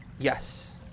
Yes